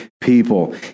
people